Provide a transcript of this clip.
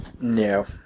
No